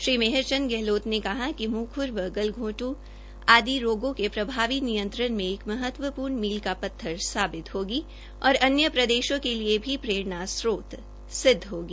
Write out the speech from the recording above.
श्री मेहर चंद गहलोत ने कहा कि मुंह खुर व गलघोंटू आदि रोगों के प्रभावी नियंत्रण में एक महत्वपूर्ण मील का पत्थर होगी और अन्य प्रदेशों के लिए भी प्ररेणास्त्रोत सिद्व होगी